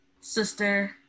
sister